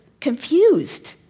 confused